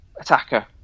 attacker